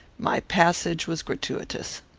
my passage was gratuitous.